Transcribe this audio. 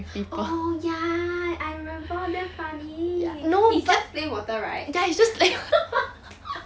oh ya I remember damn funny it's just plain water right